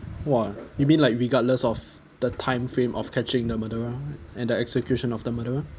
!wah! you mean like regardless of the time frame of catching the murderer and the execution of the murderer